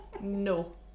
No